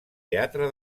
teatre